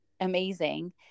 amazing